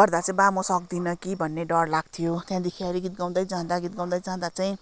गर्दा चाहिँ बा म सक्दिनँ कि भन्ने डर लाग्थ्यो त्यहाँदेखि अलिक गीत गाउँदै जाँदा गीत गाउँदै जाँदा चाहिँ